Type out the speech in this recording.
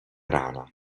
rana